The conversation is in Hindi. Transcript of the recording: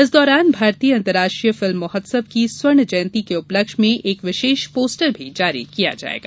इस दौरान भारतीय अंतर्राष्ट्रीय फिल्म महोत्सव की स्वर्ण जयंती के उपलक्ष्य में एक विशेष पोस्टर भी जारी किया जायेगा